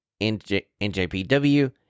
NJPW